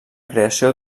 creació